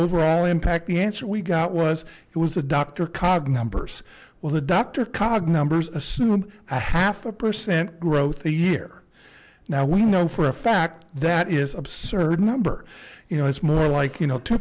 overall impact the answer we got was it was a doctor cog numbers well the doctor cog numbers assumed a half a percent growth a year now we know for a fact that is absurd number you know it's more like you know two